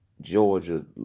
Georgia